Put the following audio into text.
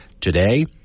Today